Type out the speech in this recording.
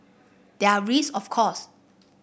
there are risk of course